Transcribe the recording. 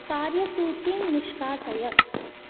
कार्यसूचीं निष्कासय